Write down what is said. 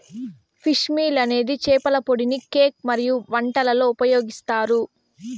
fish meal అనేది చేపల పొడిని కేక్ మరియు వంటలలో ఉపయోగిస్తారు